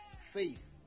faith